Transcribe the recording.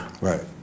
Right